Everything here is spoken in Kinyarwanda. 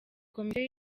komisiyo